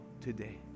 today